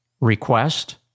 request